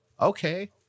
okay